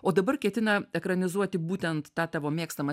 o dabar ketina ekranizuoti būtent tą tavo mėgstamą